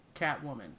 Catwoman